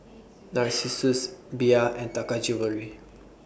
Narcissus Bia and Taka Jewelry